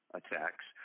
attacks